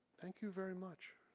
thank you very much.